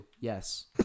yes